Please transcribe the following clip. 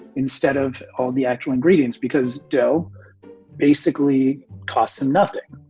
instead of all the actual ingredients, because dough basically costs and nothing.